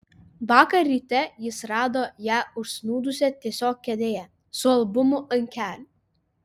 vakar ryte jis rado ją užsnūdusią tiesiog kėdėje su albumu ant kelių